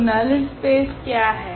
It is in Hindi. तो नल स्पेस क्या है